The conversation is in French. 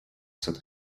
cette